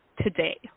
today